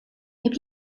heb